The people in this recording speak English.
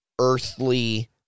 earthly